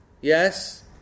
Yes